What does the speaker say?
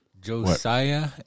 Josiah